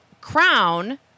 Crown